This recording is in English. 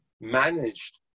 managed